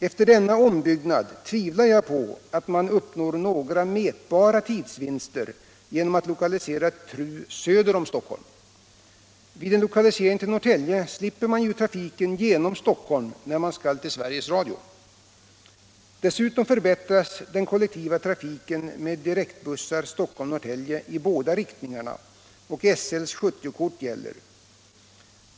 Efter denna ombyggnad tvivlar jag på att man uppnår några mätbara tidsvinster genom att lokalisera TRU söder om Stockholm. Vid en lokalisering till Norrtälje slipper man ju trafiken genom Stockholm, när man skall till Sveriges Radio. Dessutom förbättras den kollektiva trafiken med direktbussar Stockholm-Norrtälje i båda riktningarna och SL:s 70-kort gäller.